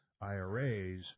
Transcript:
IRAs